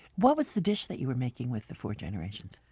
what was the dish that you were making with the four generations?